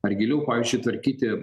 ar giliau pavyzdžiui tvarkyti